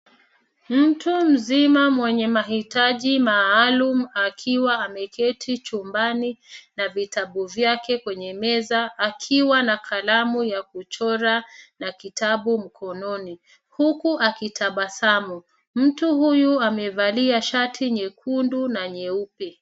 Mtu mzima mwenye mahitaji maalum akiwa ameketi chumbani na vitabu vyake kwenye meza akiwa na kalamu ya kuchora na kitabu mkononi, huku akitabasamu. Mtu huyu amevalia shati nyekundu na nyeupe.